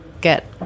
get